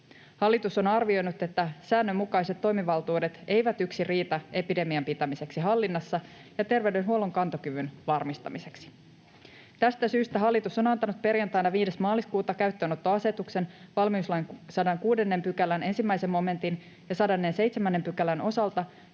Hallitus on arvioinut, että säännönmukaiset toimivaltuudet eivät yksin riitä epidemian pitämiseksi hallinnassa ja terveydenhuollon kantokyvyn varmistamiseksi. Tästä syystä hallitus on antanut perjantaina 5. maaliskuuta käyttöönottoasetuksen valmiuslain 106 §:n 1 momentin ja 107 §:n osalta